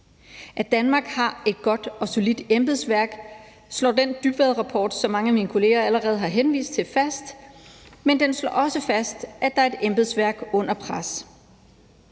At Danmark har et godt og solidt embedsværk, slår den Dybvadrapport, som mange af mine kolleger allerede har henvist til, fast. Men den slår også fast, at det er et embedsværk under pres.